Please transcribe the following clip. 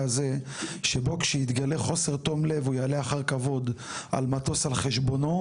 הזה שבו כשיתגלה חוסר תום לב הוא יעלה אחר כבוד על מטוס על חשבונו